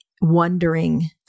wondering